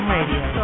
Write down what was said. Radio